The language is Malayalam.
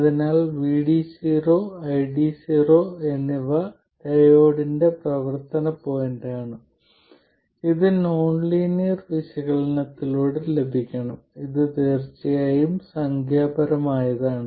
അതിനാൽ VD0 ID0 എന്നിവ ഡയോഡിന്റെ പ്രവർത്തന പോയിന്റാണ് ഇത് നോൺ ലീനിയർ വിശകലനത്തിലൂടെ ലഭിക്കണം ഇത് തീർച്ചയായും സംഖ്യാപരമായതാണ്